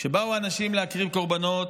כשבאו אנשים להקריב קורבנות,